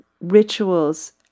rituals